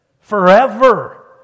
forever